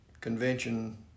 Convention